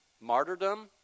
martyrdom